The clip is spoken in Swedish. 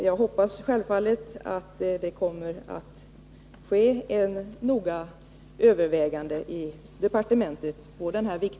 Jag hoppas självfallet att denna viktiga fråga noga kommer att övervägas i departementet.